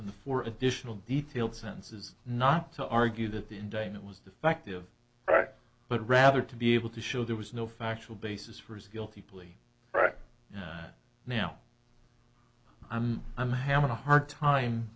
and for additional detail the sense is not to argue that the indictment was defective but rather to be able to show there was no factual basis for his guilty plea right now i'm i'm having a hard time